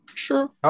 Sure